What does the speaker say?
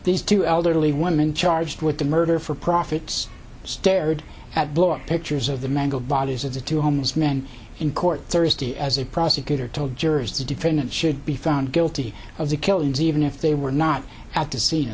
these two elderly woman charged with the murder for profits stared at block pictures of the mangled bodies of the two homeless men in court thursday as a prosecutor told jurors the defendant should be found guilty of the killings even if they were not